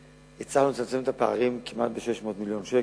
הצלחנו לצמצם את הפערים כמעט ב-600 מיליון שקל,